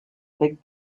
big